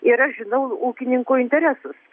ir aš žinau ūkininkų interesus